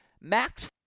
Max